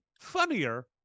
funnier